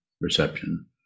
reception